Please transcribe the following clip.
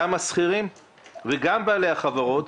גם השכירים וגם בעלי החברות.